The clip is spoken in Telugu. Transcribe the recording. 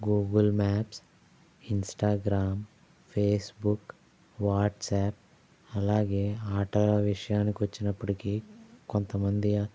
Google Maps Instagram Facebook WhatsApp అలాగే ఆటల విషయానికి వచ్చినప్పటికీ కొంతమంది